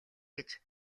гэж